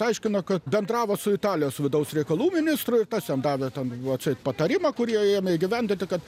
aiškino kad bendravo su italijos vidaus reikalų ministru ir tas jam davė ta va čia patarimą kurį jie ėmė įgyvendinti kad